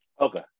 Okay